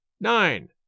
nine